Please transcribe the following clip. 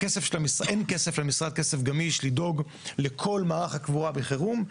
אין כסף גמיש למשרד לדאוג לכל מערך הקבורה בחירום,